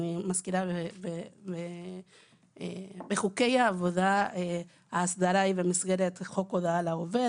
אני מזכירה שבחוקי העבודה ההסדרה היא במסגרת חוק הודעה לעובד,